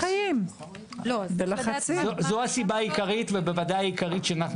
זו הסיבה העיקרית ובוודאי העיקרית שאנחנו